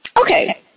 okay